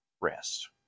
rest